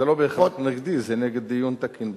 זה לא בהכרח נגדי, זה נגד דיון תקין בכנסת.